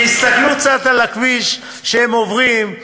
שיסתכלו קצת על הכביש כשהם עוברים.